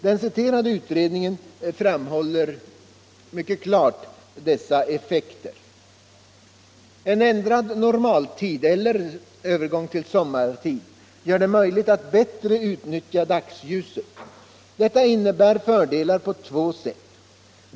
Den citerade utredningen framhåller dessa effekter. En ändrad normaltid eller övergång till sommartid gör det möjligt att bättre utnyttja dagsljuset. Detta innebär fördelar på två sätt.